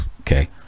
okay